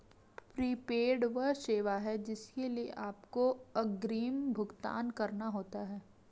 prepaid वह सेवा है जिसके लिए आपको अग्रिम भुगतान करना होता है